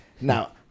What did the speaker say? Now